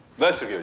that's a